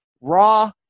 raw